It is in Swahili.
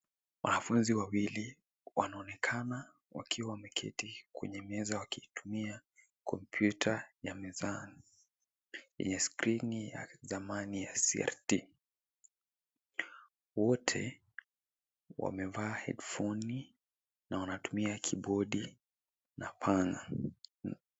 Wanafunzi wawili wanaonekana wakiwa wameketi kwenye meza wakitumia kompyuta ya mezani yenye skrini ya zamani ya CRT.Wote wamevaa headphones na wanatumia kibodi na panya.